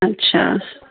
अच्छा